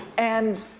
and